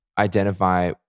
Identify